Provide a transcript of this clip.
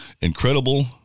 incredible